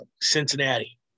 Cincinnati